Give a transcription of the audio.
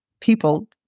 people